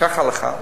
כך ההלכה,